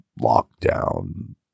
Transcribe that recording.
lockdown